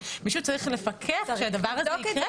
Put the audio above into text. מישהו צריך לפקח שהדבר הזה יקרה.